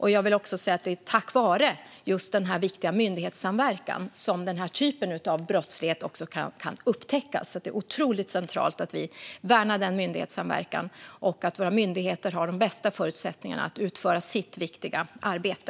Det är tack vare den här viktiga myndighetssamverkan som den här typen av brottslighet kan upptäckas. Det är otroligt centralt att vi värnar myndighetssamverkan och att våra myndigheter har de bästa förutsättningarna att utföra sitt viktiga arbete.